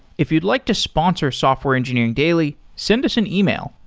if you'd like to sponsor software engineering daily, send us an email,